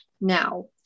now